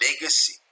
legacy